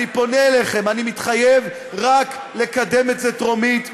אני פונה אליכם: אני מתחייב רק לקדם את זה טרומית,